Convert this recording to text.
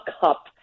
cup